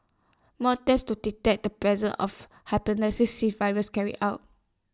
more tests to detect the presence of Hepatitis C virus carried out